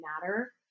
matter